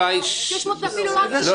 600 זה אפילו לא --- זה כלום.